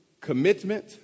Commitment